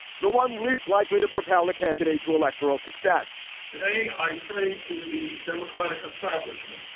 the one least likely to propel a candidate to electoral success today i say to the democratic establishment,